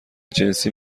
جنسی